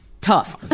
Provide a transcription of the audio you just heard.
Tough